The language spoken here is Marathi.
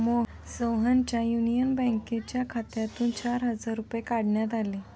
सोहनच्या युनियन बँकेच्या खात्यातून चार हजार रुपये काढण्यात आले